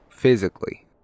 Physically